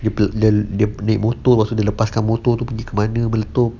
dia punya dia dia pelik botol lepaskan botol tu pergi mana meletup